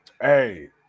Hey